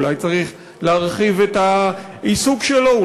אולי צריך להרחיב את העיסוק שלו,